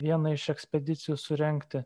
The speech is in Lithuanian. vieną iš ekspedicijų surengti